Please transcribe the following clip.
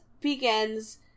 begins